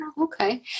Okay